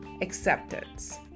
acceptance